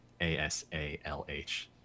ASALH